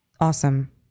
Awesome